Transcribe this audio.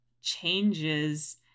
changes